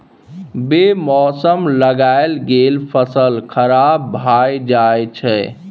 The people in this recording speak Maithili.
बे मौसम लगाएल गेल फसल खराब भए जाई छै